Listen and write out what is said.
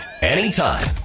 anytime